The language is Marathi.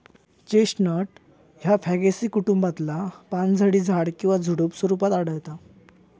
चेस्टनट ह्या फॅगेसी कुटुंबातला पानझडी झाड किंवा झुडुप स्वरूपात आढळता